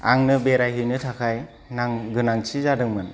आंनो बेरायहैनो थाखाय नां गोनांथि जादोंमोन